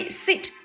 sit